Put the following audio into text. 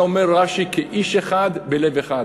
אלא, אומר רש"י: "כאיש אחד בלב אחד".